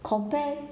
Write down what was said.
compare